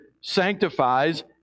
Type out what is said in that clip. sanctifies